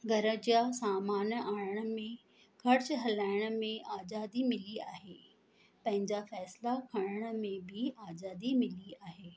घर जा सामान आणण में ख़र्च हलाइण में आज़ादी मिली आहे पंहिंजा फ़ैसला खणण में बि आज़ादी मिली आहे